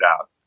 out